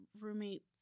roommate's